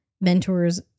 mentors